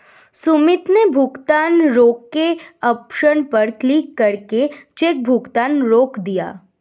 सुमित ने भुगतान रोके ऑप्शन पर क्लिक करके चेक भुगतान रोक दिया